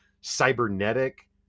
cybernetic